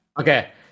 Okay